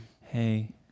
hey